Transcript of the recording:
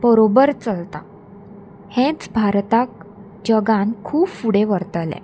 बरोबर चलता हेंच भारताक जगान खूब फुडें व्हरतलें